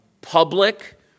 public